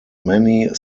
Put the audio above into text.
many